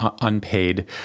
unpaid